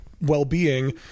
well-being